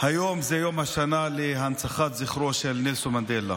היום זה יום השנה להנצחת זכרו של נלסון מנדלה,